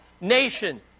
nation